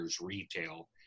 retail